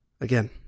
Again